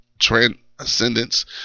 Transcendence